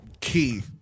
key